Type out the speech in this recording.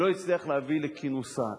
לא הצליח להביא לכינוסה.